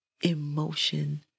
emotion